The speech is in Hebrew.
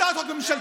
הצעת חוק ממשלתית.